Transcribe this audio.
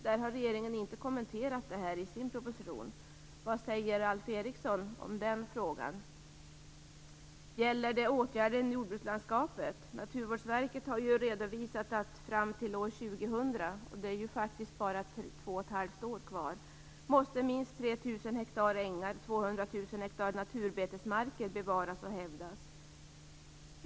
Detta har regeringen inte kommenterat i sin proposition. Vad säger Alf Eriksson i den frågan? Gäller det åtgärder i jordbrukslandskapet? Naturvårdsverket har ju redovisat att fram till år 2000 - och det är ju faktiskt bara 2 1⁄2 år kvar till dess - måste minst 3 000 hektar ängar och 200 000 hektar naturbetesmarker bevaras och hävdas.